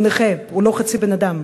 הוא נכה, הוא לא חצי בן-אדם.